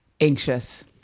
Anxious